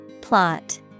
Plot